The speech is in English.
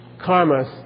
karmas